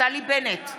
נפתלי בנט,